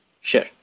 Sure